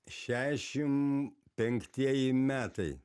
šešim penktieji metai